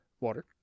water